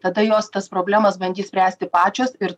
tada jos tas problemas bandys spręsti pačios ir